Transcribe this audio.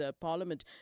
parliament